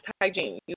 hygiene